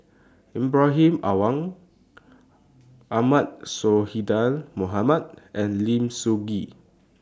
Ibrahim Awang Ahmad Sonhadji Mohamad and Lim Sun Gee